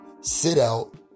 sit-out